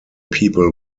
people